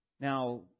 Now